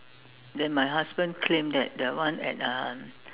then my husband claim that that one at uh